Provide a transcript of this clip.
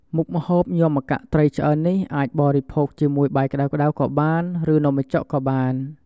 មុខម្ហូបញាំម្កាក់ត្រីឆ្អើរនេះ អាចបរិភោគជាមួយបាយក្តៅៗក៏បាន ឬនំបញ្ចុកក៏បាន។